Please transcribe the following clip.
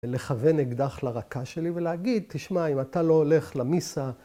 ‫ולכוון אקדח לרקה שלי ולהגיד, ‫תשמע, אם אתה לא הולך למיסה...